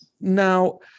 Now